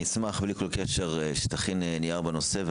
אני אשמח שתכין נייר על הנושא הזה,